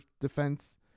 defense